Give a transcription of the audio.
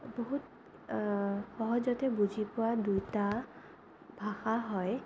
বহুত সহজতে বুজি পোৱা দুটা ভাষা হয়